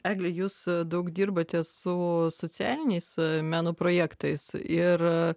egle jūs daug dirbate su socialiniais meno projektais ir